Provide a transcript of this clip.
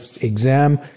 exam